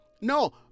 No